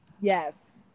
yes